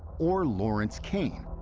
or lawrence kane,